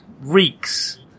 reeks